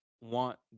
want